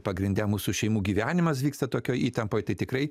pagrinde mūsų šeimų gyvenimas vyksta tokioj įtampoj tai tikrai